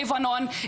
לבנון,